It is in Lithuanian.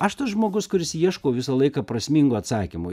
aš tas žmogus kuris ieško visą laiką prasmingo atsakymo